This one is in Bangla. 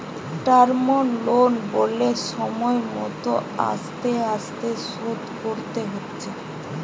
টার্ম লোন বলে সময় মত আস্তে আস্তে শোধ করতে হচ্ছে